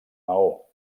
maó